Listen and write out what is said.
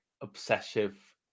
obsessive